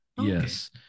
yes